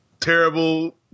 terrible